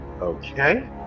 Okay